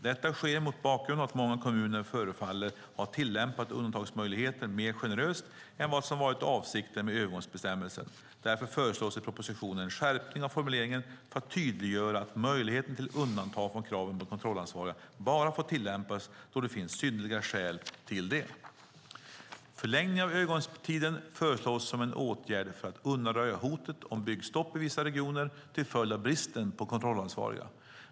Detta sker mot bakgrund av att många kommuner förefaller ha tillämpat undantagsmöjligheten mer generöst än vad som varit avsikten med övergångsbestämmelsen. Därför föreslås i propositionen en skärpning av formuleringen för att tydliggöra att möjligheten till undantag från kraven på kontrollansvariga bara får tillämpas då det finns synnerliga skäl till det. Förlängningen av övergångstiden föreslås som en åtgärd för att undanröja hotet om byggstopp i vissa regioner till följd av bristen på kontrollansvariga.